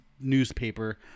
newspaper